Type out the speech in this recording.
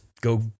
go